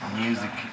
music